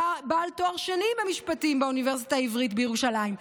בעל תואר שני במשפטים באוניברסיטה העברית בירושלים,